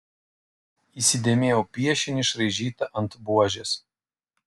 įsidėmėjau piešinį išraižytą ant buožės